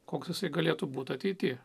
koks jisai galėtų būt ateity